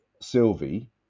Sylvie